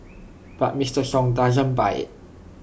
but Mister sung doesn't buy IT